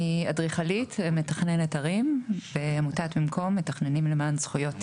אני אדריכלית ומתכננת ערים בעמותת במקום - מתכננים למען זכויות תכנון.